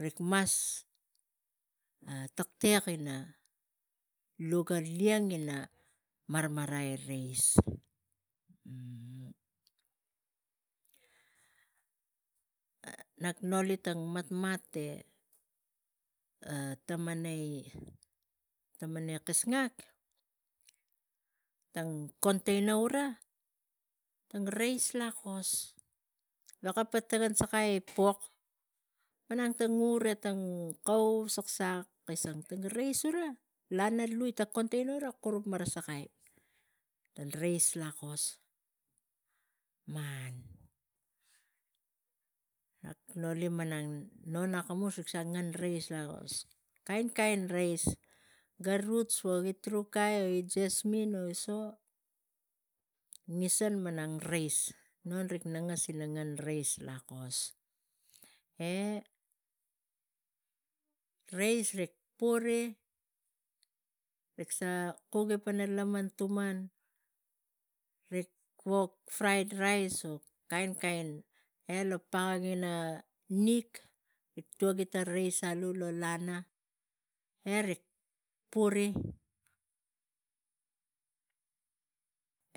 Rik mas taktek ina, taktek ina luga lieng ina marmarai reis. Nak noli tang matmat te tamanai kasngak tang container ura tang reis lakos lo mik veko tarai kaman ta kain pok malang tang ur, kau, saksak kisang tang reis gura lana liu ta container ga kurup marasakai. Tang reis lakos man nak noli, non akamus rik sa ngen reis lakos, kain kain reis ga roots vagi trukai e i jasmine ngisen malang reis non rik nangas ina ngen reis, reis lakos e reis rik puri, rik sa kuki pana laman tuman. Rik wok fried rice, kainkain. Tang pagak ina nik, rik tuagi tang reis la na e rik puri